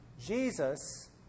Jesus